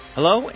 Hello